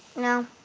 no.